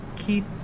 Keep